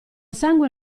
sangue